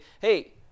hey